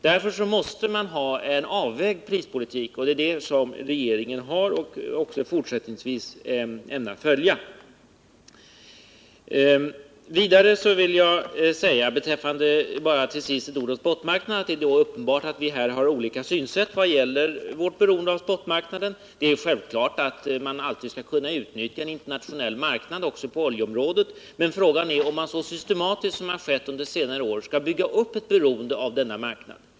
Därför måste man ha en avvägd prispolitik, och det är det som regeringen har och även fortsättningsvis ämnar tillämpa. Jag vill till sist bara säga några ord om spot-marknaden. Det är uppenbart att vi har olika synsätt när det gäller vårt beroende av denna. Självfallet skall man alltid kunna utnyttja en internationell marknad också på oljeområdet, men frågan är om man så systematiskt som har skett under senare år skall bygga upp ett beroende av denna marknad.